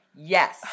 Yes